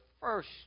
first